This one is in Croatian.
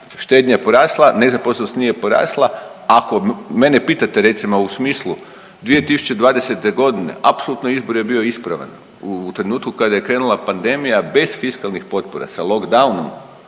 štednja je porasla, nezaposlenost nije porasla ako mene pitate recimo u smislu 2020.g. apsolutno izbor je bio ispravan. U trenutku kada je krenula pandemija bez fiskalnih potpora sa lockdownom